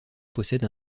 possède